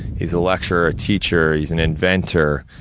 he was a lecturer, teacher, he was an inventor.